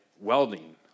welding